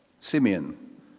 Simeon